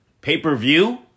Pay-per-view